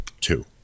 two